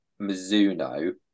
Mizuno